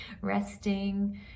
resting